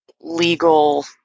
legal